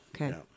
Okay